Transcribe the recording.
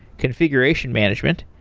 configuration management,